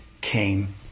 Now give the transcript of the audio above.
came